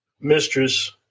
mistress